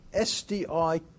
SDI